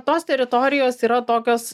tos teritorijos yra tokios